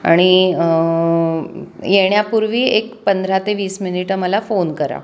आणि येण्यापूर्वी एक पंधरा ते वीस मिनिटं मला फोन करा